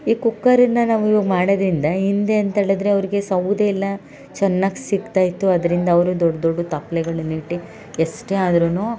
ಈ ಕುಕ್ಕರಿಂದ ನಾವು ಇವಾಗ ಮಾಡೋದರಿಂದ ಹಿಂದೆ ಅಂತ್ಹೇಳಿದರೆ ಅವರಿಗೆ ಸೌದೆ ಎಲ್ಲ ಚೆನ್ನಾಗಿ ಸಿಗ್ತಾಯಿತ್ತು ಅದರಿಂದ ಅವರು ದೊಡ್ಡ ದೊಡ್ಡ ತಪ್ಲೆಗಳನ್ನ ಇಟ್ಟು ಎಷ್ಟೇ ಆದರೂ